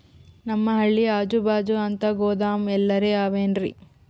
ನಮ್ ಹಳ್ಳಿ ಅಜುಬಾಜು ಅಂತ ಗೋದಾಮ ಎಲ್ಲರೆ ಅವೇನ್ರಿ?